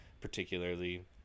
particularly